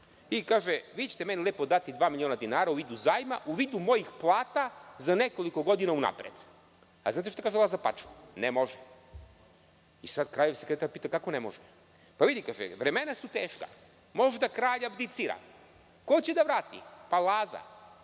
I kaže: „Vi ćete meni lepo dati dva miliona dinara u vidu zajma, u vidu mojih plata za nekoliko godina unapred“. Znate šta kaže Laza Pačum: „Ne može“. Sad kraljev sekretar pita – kako ne može? On mu kaže: „Vidi, vremena su teška, možda kralj abdicira, ko će da vrati? Laza?